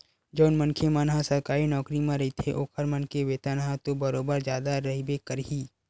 जउन मनखे मन ह सरकारी नौकरी म रहिथे ओखर मन के वेतन ह तो बरोबर जादा रहिबे करही